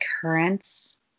occurrence